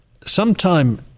sometime